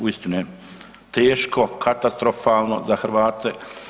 Uistinu je teško, katastrofalno za Hrvate.